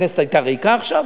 הכנסת היתה ריקה עכשיו?